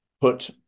put